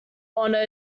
honour